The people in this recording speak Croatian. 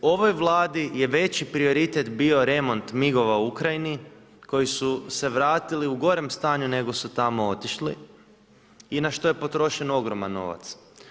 Ovoj Vladi je veći prioritet bio remont MIG-ova u Ukrajini koji su se vratili u gorem stanju nego su tamo otišli i na što je potrošen ogroman novac.